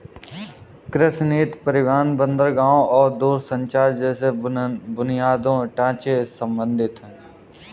कृषि नीति परिवहन, बंदरगाहों और दूरसंचार जैसे बुनियादी ढांचे से संबंधित है